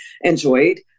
enjoyed